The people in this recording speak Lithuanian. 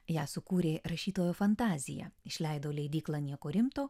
ją sukūrė rašytojo fantazija išleido leidykla nieko rimto